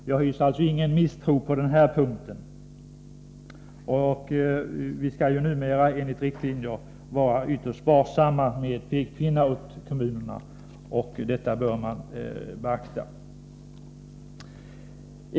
Jag hyser alltså ingen misstro på den punkten. Vi skall numera, enligt riktlinjer, vara ytterst sparsamma med pekpinnar åt kommunerna — och det bör man beakta.